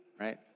right